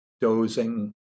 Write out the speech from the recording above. dozing